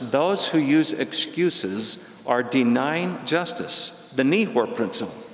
those who use excuses are denying justice, the nehor principle,